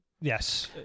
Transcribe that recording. Yes